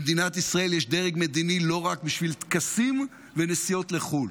במדינת ישראל יש דרג מדיני לא רק בשביל טקסים ונסיעות לחו"ל.